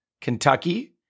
Kentucky